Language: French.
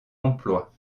emploi